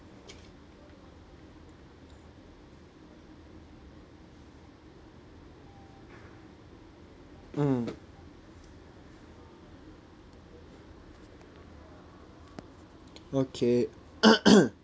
mm okay